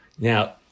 Now